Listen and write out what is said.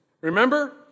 Remember